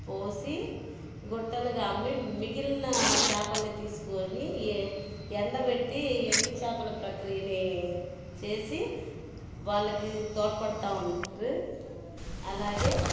పోసి గుట్టలుగా అమ్మి మిగిలిన చాపలని తీసుకొని ఎండబెట్టి ఎండు చాపల ప్రక్రియని చేసి వాళ్ళకి తోడ్పడతూ ఉంటారు అలాగే